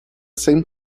same